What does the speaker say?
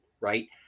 right